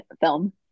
film